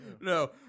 no